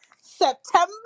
September